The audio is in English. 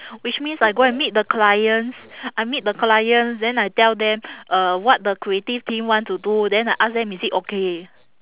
which means I go and meet the clients I meet the clients then I tell them uh what the creative team want to do then I ask them is it okay